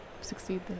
succeed